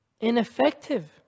ineffective